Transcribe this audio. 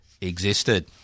existed